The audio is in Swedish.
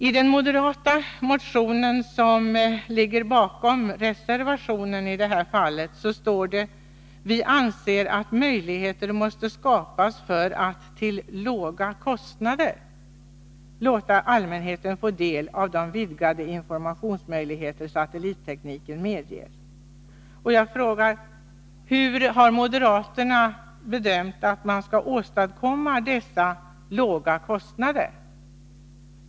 I den moderata motion som ligger bakom reservationen i det här fallet står det: ”Vi anser att möjligheter måste skapas för att till låga kostnader låta allmänheten få del av de vidgade informationsmöjligheter satellittekniken medger.” Hur har moderaterna bedömt att man skall åstadkomma dessa ”låga kostnader”?